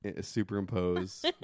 superimpose